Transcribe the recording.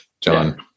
John